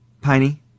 Piney